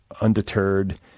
undeterred